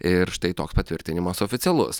ir štai toks patvirtinimas oficialus